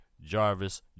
Jarvis